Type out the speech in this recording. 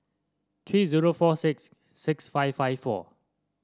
three zero four six six five five four